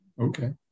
Okay